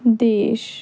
ਦੇਸ਼